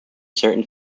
certain